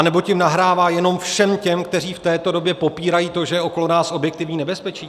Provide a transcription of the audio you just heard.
Anebo tím nahrává jenom všem těm, kteří v této době popírají to, že je okolo nás objektivní nebezpečí?